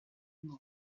enfant